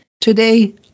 today